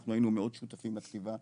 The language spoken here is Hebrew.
שאנחנו היינו מאוד שותפים לכתיבה,